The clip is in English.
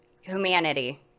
humanity